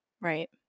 Right